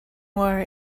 war